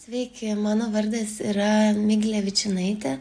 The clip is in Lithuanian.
sveiki mano vardas yra miglevičinaitė